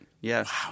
Yes